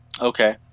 Okay